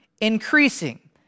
increasing